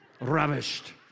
Ravished